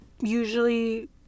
usually